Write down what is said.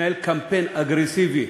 מתנהל קמפיין אגרסיבי,